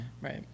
Right